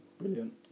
Brilliant